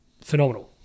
phenomenal